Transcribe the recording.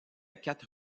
quatre